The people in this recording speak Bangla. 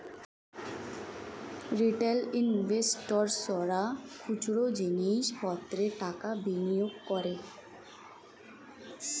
রিটেল ইনভেস্টর্সরা খুচরো জিনিস পত্রে টাকা বিনিয়োগ করে